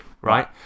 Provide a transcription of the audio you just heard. Right